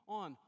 on